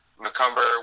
McCumber